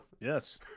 yes